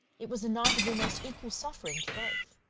it was a night of almost equal suffering to both.